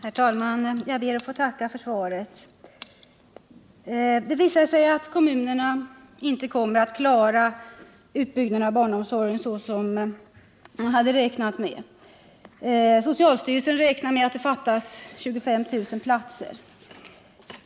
Herr talman! Jag ber att få tacka för svaret. Det visar sig att kommunerna inte kommer att klara utbyggnaden så som man hade räknat med. Socialstyrelsen räknar med att det fattas 25 000 platser.